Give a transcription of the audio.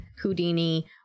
Houdini